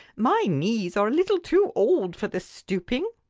my knees are a little too old for this stooping.